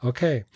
Okay